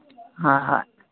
ꯍꯣꯏ ꯍꯣꯏ